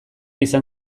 izan